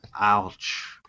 Ouch